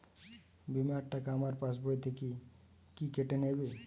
বিমার টাকা আমার পাশ বই থেকে কি কেটে নেবে?